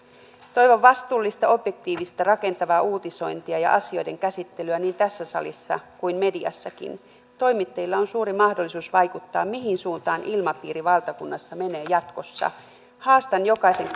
toivon vastuullista objektiivista rakentavaa uutisointia ja asioiden käsittelyä niin tässä salissa kuin mediassakin toimittajilla on suuri mahdollisuus vaikuttaa mihin suuntaan ilmapiiri valtakunnassa menee jatkossa haastan jokaisen